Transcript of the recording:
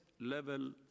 level